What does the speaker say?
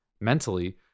Mentally